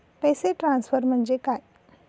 पैसे ट्रान्सफर म्हणजे काय?